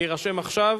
להירשם עכשיו,